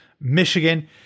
Michigan